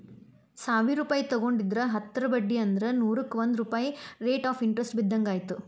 ಸಾವಿರ್ ರೂಪಾಯಿ ತೊಗೊಂಡಿದ್ರ ಹತ್ತರ ಬಡ್ಡಿ ಅಂದ್ರ ನೂರುಕ್ಕಾ ಒಂದ್ ರೂಪಾಯ್ ರೇಟ್ ಆಫ್ ಇಂಟರೆಸ್ಟ್ ಬಿದ್ದಂಗಾಯತು